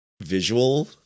visual